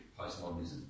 postmodernism